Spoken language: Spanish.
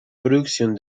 producción